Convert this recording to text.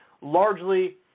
largely